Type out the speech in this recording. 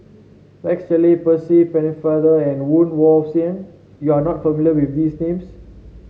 Rex Shelley Percy Pennefather and Woon Wah Siang you are not familiar with these names